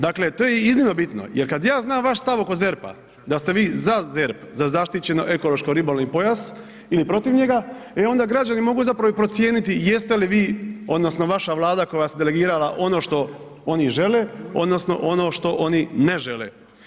Dakle to je iznimno bitno jer kada ja znam vaš stav oko ZERP-a da ste vi za ZERP za zaštićeno ekološko-ribolovni pojas ili protiv njega, e onda građani mogu i procijeniti jeste li vi odnosno vaša Vlada koja ste delegirala ono što oni žele odnosno ono što oni ne žele.